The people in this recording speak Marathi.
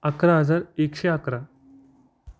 अकरा हजार एकशे अकरा